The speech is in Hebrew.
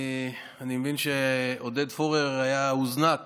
אני מבין שעודד פורר הוזנק